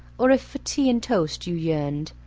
or if for tea and toast you yearned,